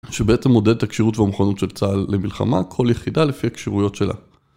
שבעצם מודד את הכשירות והמכונות של צהל למלחמה, כל יחידה לפי הכשירויות שלה.